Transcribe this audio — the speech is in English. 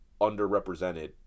underrepresented